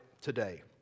today